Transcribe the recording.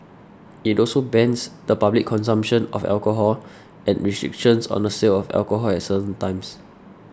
it also bans the public consumption of alcohol and restrictions on the sale of alcohol at certain times